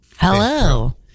Hello